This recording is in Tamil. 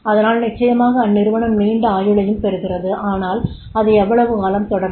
அதனால் நிச்சயமாக அந்நிறுவனம் நீண்ட ஆயுளையும் பெறுகிறது ஆனால் அது எவ்வளவு காலம் தொடரும்